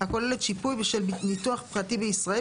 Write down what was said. הכוללת שיפוי בשל ניתוח פרטי בישראל,